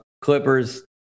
Clippers